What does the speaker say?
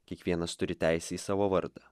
kiekvienas turi teisę į savo vardą